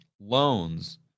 loans